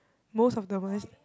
most of the